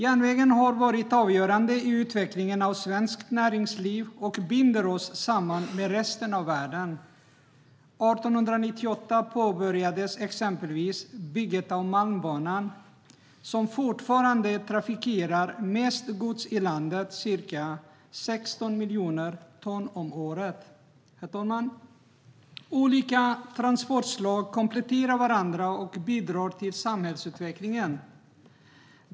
Järnvägen har varit avgörande i utvecklingen av svenskt näringsliv och binder oss samman med resten av världen. År 1898 påbörjades exempelvis bygget av Malmbanan, som fortfarande transporterar mest gods i landet, ca 16 miljoner ton om året. Herr talman! Olika transportslag kompletterar varandra och bidrar till samhällsutvecklingen.